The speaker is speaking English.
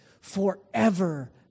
Forever